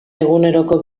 eguneroko